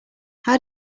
how